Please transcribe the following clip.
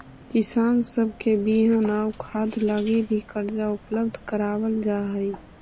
किसान सब के बिहन आउ खाद लागी भी कर्जा उपलब्ध कराबल जा हई